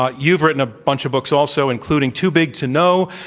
ah you've written a bunch of books also including, too big to know,